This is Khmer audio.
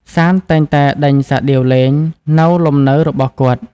សាន្តតែងតែដេញសាដៀវលេង នៅលំនៅរបស់គាត់។